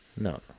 No